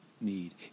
need